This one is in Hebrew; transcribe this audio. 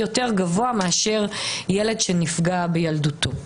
יותר גבוה מאשר ילד שנפגע בילדותו.